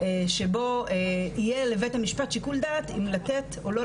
שבו יהיה לבית המשפט שיקול דעת אם לתת או לא לתת.